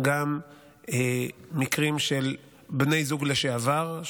גם מקרים של בני זוג לשעבר,